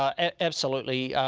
and absolutely.